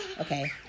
Okay